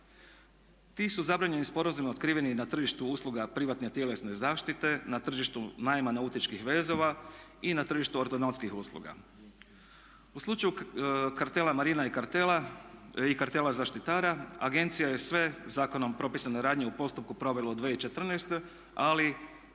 Ti su zabranjeni sporazumi otkriveni na tržištu usluga privatne tjelesne zaštite, na tržištu najma nautičkih vezova i na tržištu ortodontskih usluga. U slučaju kartela marina i kartela zaštitara agencija je sve zakonom propisane radnje u postupku provela u 2014. ali